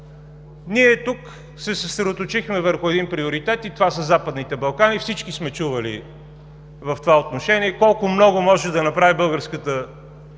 Ние тук се съсредоточихме върху един приоритет – Западните Балкани. Всички сме чували колко много може да направи българската